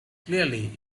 clearly